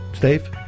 Steve